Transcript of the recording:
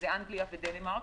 אנגליה ודנמרק,